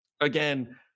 Again